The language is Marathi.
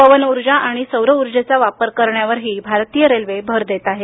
पवन ऊर्जा आणि सौर ऊर्जेचा वापर करण्यावरही भारतीय रेल्वे भर देत आहे